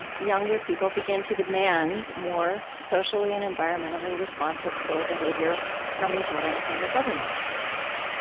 and younger people, begin to demand more socially and environmentally responsible behavior from each other and from their governments that's right.